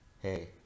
Hey